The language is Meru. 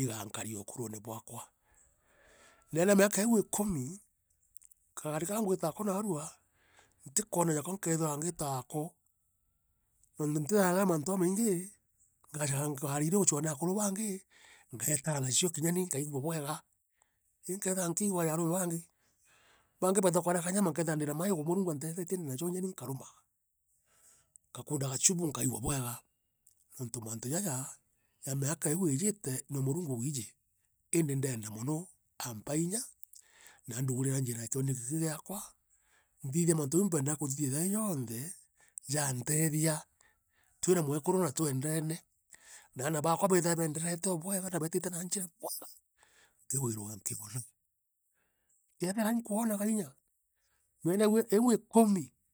igankaria ukurune bwaakwa ndeene ya miaka iiu ikumi kugari kaa ngwita nako naarua ntikwona ja ko nkeethira ngiita ako nontu ntiithaira ndina mantu jumaingi ngaacha ngari iria iuchuwa ni akuru bangi ngeeta nacio kinya ni nkaigua bwega i nikeethire nkiigagua ja arume bangi. Bangi bagiita kurea kanyama nkeethira ndina maigo Murungu aantethetie nkethite ndina jo inya ni nkaruma ngakunda gachubu nkaigua bwega nontu mantu jaja ja miaka iiu iijire no Murungu wiijie iindi ndenda mono aampa inya na anduguriwa njira ya kioneki kii giakwa nthithira maantu jau mpendaa kuthithia ja jonthe jaantethia twina mwekuru no twendane na aana baakwa beethira beendereete bwega na beetitea njiro bwega nkiwiragua nkiona. Kethira inkwona kainya nwene nwene iu ikumi.